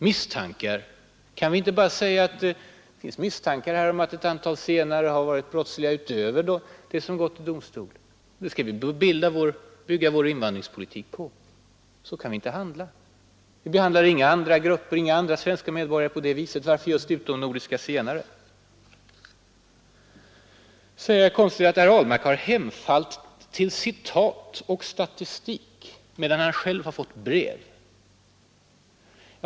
Vi kan inte bara säga att det finns misstankar om att ett antal zigenare har begått brottsliga handlingar utöver det antal fall som gått till domstol och så bygga vår invandringspolitik på misstankarna. Så kan vi inte handla. Vi behandlar inga andra folkgrupper och inga svenska medborgare på det viset. Varför skulle vi då behandla just utomnordiska zigenare så här? Herr Komstedt säger också att jag har ”hemfallit till citat och statistik”, medan han själv har fått brev.